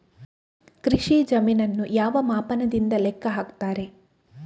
ಕೃಷಿ ಜಮೀನನ್ನು ಯಾವ ಮಾಪನದಿಂದ ಲೆಕ್ಕ ಹಾಕ್ತರೆ?